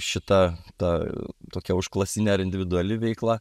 šita ta tokia užklasinė ar individuali veikla